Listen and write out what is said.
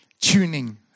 tuning